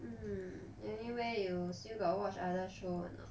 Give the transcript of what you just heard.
mm anyway you still got watch other show or not